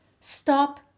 Stop